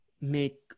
make